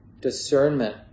discernment